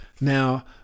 Now